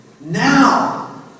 Now